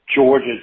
Georgia